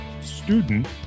student